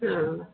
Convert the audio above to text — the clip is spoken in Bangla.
হ্যাঁ